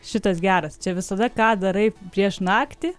šitas geras čia visada ką darai prieš naktį